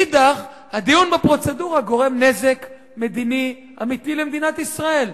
ומצד שני הדיון בפרוצדורה גורם נזק אמיתי למדינת ישראל.